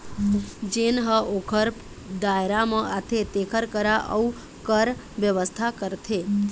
जेन ह ओखर दायरा म आथे तेखर करा अउ कर बेवस्था करथे